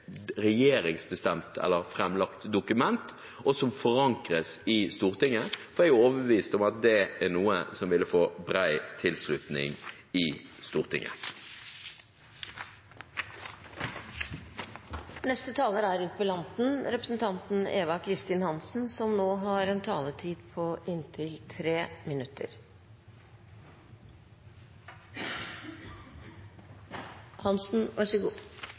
og som forankres i Stortinget. Jeg er overbevist om at det er noe som vil få bred tilslutning i